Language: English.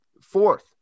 fourth